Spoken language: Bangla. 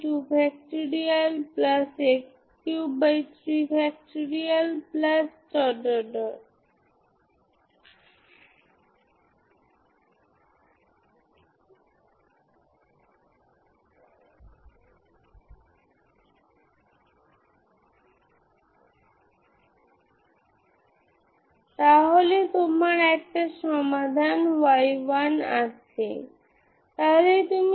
সুতরাং যে কোনো ফিনিট ডোমেন যার অর্থ বাইরে যদি আপনি দেখতে চান এটি সর্বত্র এরকম পুনরাবৃত্তি হয়